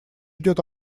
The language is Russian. идет